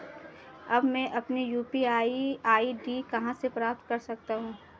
अब मैं अपनी यू.पी.आई आई.डी कहां से प्राप्त कर सकता हूं?